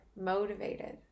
motivated